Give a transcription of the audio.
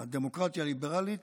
"הדמוקרטיה הליברלית